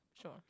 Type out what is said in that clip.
Sure